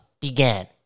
began